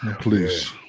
please